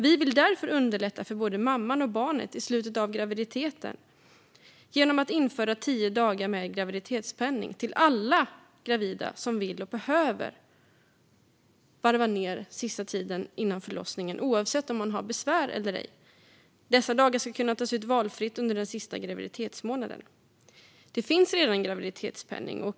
Vi vill därför underlätta för både mamman och barnet i slutet av graviditeten genom att införa tio dagar med graviditetspenning för alla gravida som vill och behöver varva ned den sista tiden före förlossningen, oavsett om man har besvär eller ej. Dessa dagar ska kunna tas ut valfritt under den sista graviditetsmånaden. Det finns redan graviditetspenning.